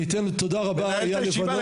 תודה רבה אייל לבנון.